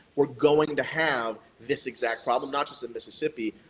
we're going to have this exact problem, not just in mississippi,